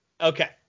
Okay